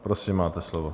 Prosím, máte slovo.